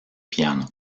piano